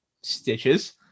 Stitches